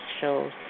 shows